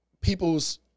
people's